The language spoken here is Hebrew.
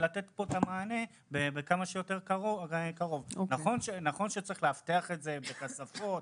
לתת פה את המענה כמה שיותר קרוב נכון שצריך לאבטח את זה בכספות,